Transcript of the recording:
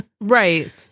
Right